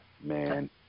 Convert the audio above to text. Man